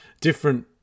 Different